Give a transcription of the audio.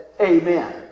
amen